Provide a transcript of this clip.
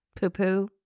poo-poo